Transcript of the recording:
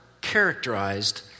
characterized